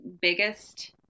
biggest